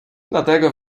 dlatego